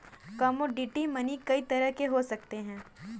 commodity money कई तरह के हो सकते हैं